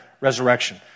resurrection